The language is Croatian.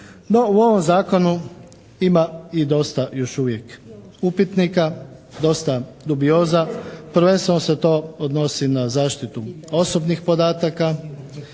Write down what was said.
u ovom zakonu ima i dosta još uvijek upitnika, dosta dubioza. Prvenstveno se to odnosi na zaštitu osobnih podataka.